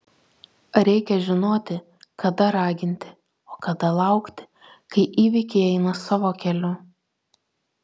reikia žinoti kada raginti o kada laukti kai įvykiai eina savo keliu